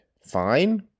fine